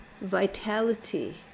vitality